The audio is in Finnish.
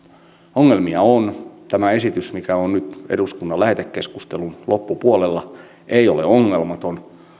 ongelmia on tämä esitys mikä on nyt eduskunnan lähetekeskustelun loppupuolella ei ole ongelmaton